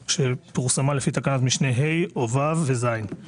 ושפורסמה לפי תקנת משנה (ה) או (ו) ו-(ז);